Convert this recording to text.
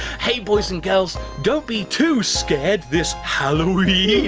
hey, boys and girls. don't be too scared this halloween.